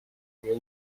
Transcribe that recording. میای